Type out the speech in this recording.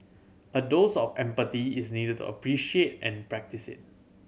a dose of empathy is needed to appreciate and practice it